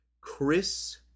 Chris